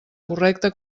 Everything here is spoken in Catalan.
correcta